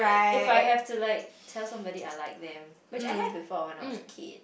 if I have to like tell somebody I like them which I have before when I was a kid